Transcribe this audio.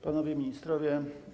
Panowie Ministrowie!